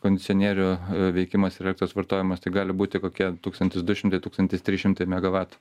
kondicionierių veikimas elektros vartojimas tai gali būti kokie tūkstantis du šimtai tūkstantis trys šimtai megavatų